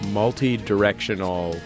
multi-directional